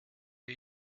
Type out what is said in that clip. für